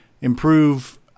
improve